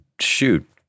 shoot